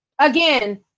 Again